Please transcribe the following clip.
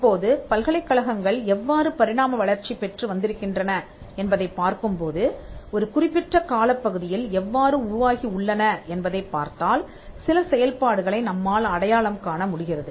இப்போது பல்கலைக்கழகங்கள் எவ்வாறு பரிணாம வளர்ச்சி பெற்று வந்திருக்கின்றன என்பதைப் பார்க்கும் போது ஒரு குறிப்பிட்ட காலப்பகுதியில் எவ்வாறு உருவாகி உள்ளன என்பதைப் பார்த்தால் சில செயல்பாடுகளை நம்மால் அடையாளம் காண முடிகிறது